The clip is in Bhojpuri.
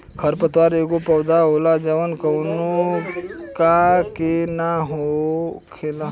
खर पतवार एगो पौधा होला जवन कौनो का के न हो खेला